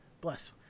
bless